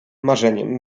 marzeniem